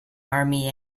army